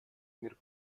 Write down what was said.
мир